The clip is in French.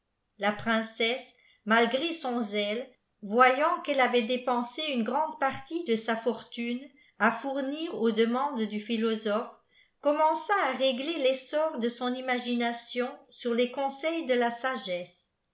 la princesse malgré son zèle voyant qu'elle avait dépensé une grande partie de sa forfune à fournir aux demandes du philosophe commença à régler l'essor de son imagination sur les conseils de la sagesse